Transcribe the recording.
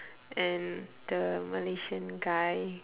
and the malaysian guy